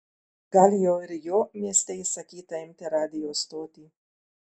gal jau ir jo mieste įsakyta imti radijo stotį